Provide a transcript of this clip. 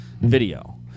video